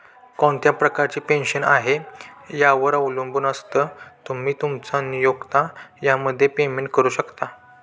कोणत्या प्रकारची पेन्शन आहे, यावर अवलंबून असतं, तुम्ही, तुमचा नियोक्ता यामध्ये पेमेंट करू शकता